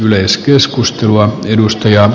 arvoisa puhemies